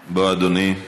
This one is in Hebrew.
בוא, אדוני.